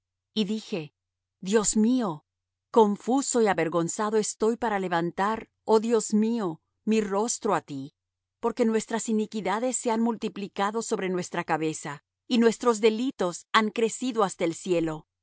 y dije dios mío confuso y avergonzado estoy para levantar oh dios mío mi rostro á ti porque nuestras iniquidades se han multiplicado sobre nuestra cabeza y nuestros delitos han crecido hasta el cielo